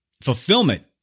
Fulfillment